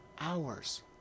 hours